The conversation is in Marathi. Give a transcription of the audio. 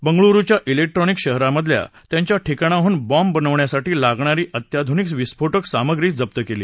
बंगळुरुच्या इलेक्ट्रॉनिक शहरामधल्या त्यांच्या ठिकाणाहून बॉम्ब बनवण्यासाठी लागणारी अत्याधुनिक विस्फोटक सामग्री जप्त केली